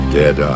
dead